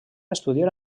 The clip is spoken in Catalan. estudiar